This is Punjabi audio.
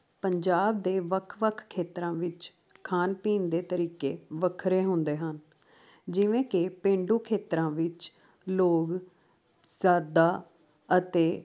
ਪੰਜਾਬ ਦੇ ਵੱਖ ਵੱਖ ਖੇਤਰਾਂ ਵਿੱਚ ਖਾਣ ਪੀਣ ਦੇ ਤਰੀਕੇ ਵੱਖਰੇ ਹੁੰਦੇ ਹਨ ਜਿਵੇਂ ਕਿ ਪੇਂਡੂ ਖੇਤਰਾਂ ਵਿੱਚ ਲੋਕ ਸਾਦਾ ਅਤੇ